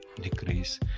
decrease